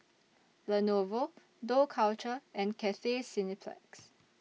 Lenovo Dough Culture and Cathay Cineplex